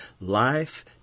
life